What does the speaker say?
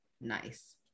Nice